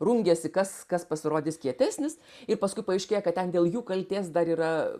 rungiasi kas kas pasirodys kietesnis ir paskui paaiškėja kad ten dėl jų kaltės dar yra